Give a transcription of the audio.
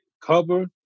cover